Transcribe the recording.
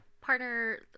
partner